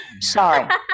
Sorry